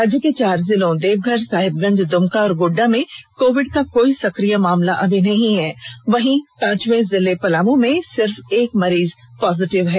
राज्य के चार जिलों देवघर साहिबगंज द्रमका तथा गोड्डा में कोविड का कोई सक्रिय मामला अभी नहीं है वहीं पांचवें जिले पलामू में सिर्फ एक मरीज पॉजिटिव है